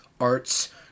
arts